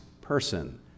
person